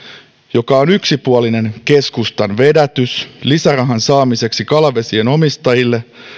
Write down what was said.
joka on keskustan yksipuolinen vedätys lisärahan saamiseksi kalavesien omistajille